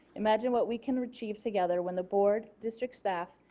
imagine what we can achieve together when the board, district staff,